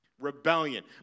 Rebellion